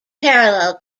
parallel